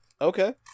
okay